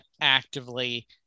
actively